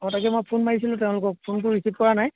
অঁ তাকে মই ফোন মাৰছিলোঁ তেওঁলোকক ফোনটো ৰিচিভ কৰা নাই